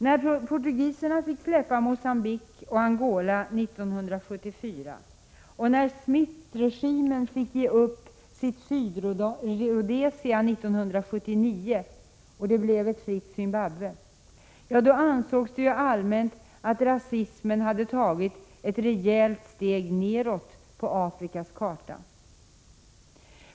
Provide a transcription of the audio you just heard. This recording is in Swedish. När portugiserna fick släppa Mogambique och Angola 1974 och när Smithregimen fick ge upp sitt Sydrhodesia 1979 och det blev ett fritt Zimbabwe, då ansågs det allmänt att rasismen hade tagit ett rejält steg neråt på Afrikas karta.